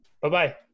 Bye-bye